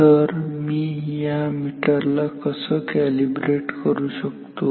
तर मी या मीटरला कसं कॅलीब्रेट करू शकतो